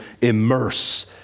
immerse